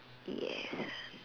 yes